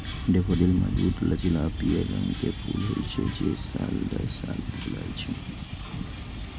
daffodil मजबूत, लचीला आ पीयर रंग के फूल होइ छै, जे साल दर साल फुलाय छै